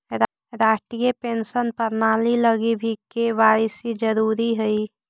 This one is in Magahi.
राष्ट्रीय पेंशन प्रणाली लगी भी के.वाए.सी जरूरी हई